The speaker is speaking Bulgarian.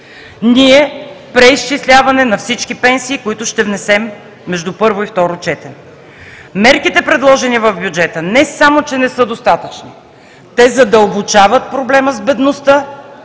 ние – преизчисляване на всички пенсии, които ще внесем между първо и второ четене. Мерките, предложени в бюджета, не само, че не са достатъчни, те задълбочават проблема с бедността,